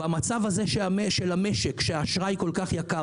במצב הזה של המשק שהאשראי כל כך יקר